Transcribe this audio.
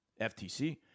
FTC